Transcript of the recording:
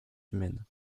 humaine